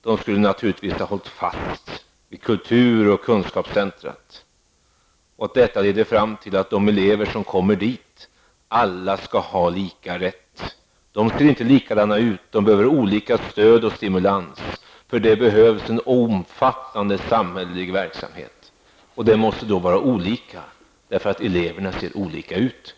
De skulle naturligtvis hålla fast vid kulturoch kunskapscentra. Detta leder fram till att de elever som kommer dit alla skall ha lika rätt. De ser inte likadana ut. De behöver olika stöd och stimulans. För detta behövs en omfattande samhällelig verksamhet. Den måste vara olika, därför att eleverna ser olika ut.